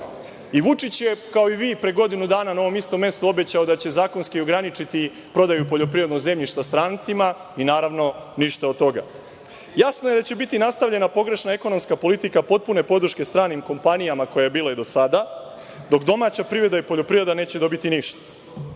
uradili? Vučić je kao i vi pre godinu dana na ovom istom mestu obećao da će zakonski ograničiti prodaju poljoprivrednog zemljišta strancima i naravno ništa od toga. Jasno je da će biti nastavljena pogrešna ekonomska politika potpune podrške stranim kompanijama, koja je bila i do sada, dok domaća privreda i poljoprivreda neće dobiti ništa.